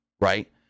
Right